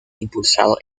impulsado